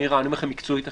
אני אומר לכם מקצועית עכשיו,